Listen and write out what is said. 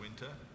winter